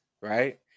Right